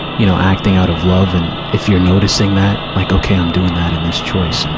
you know, acting out of love and, if you're noticing that, like okay, i'm doing that in this choice, and